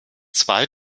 zwei